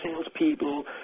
salespeople